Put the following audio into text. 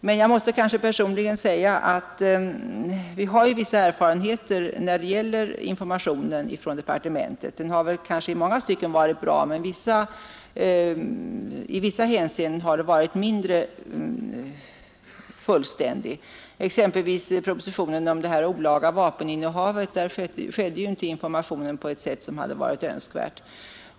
Personligen måste jag säga att vi har vissa erfarenheter när det gäller information från departementet; i många stycken har den varit bra, men i vissa hänseenden har den varit mindre fullständig. Detta gäller exempelvis propositionen om det olaga vapeninnehavet, där informationen inte skedde på sätt som varit önskvärt.